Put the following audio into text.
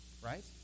Right